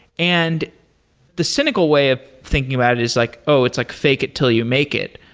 and the cynical way of thinking about it is like, oh, it's like fake it till you make it,